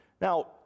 Now